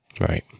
Right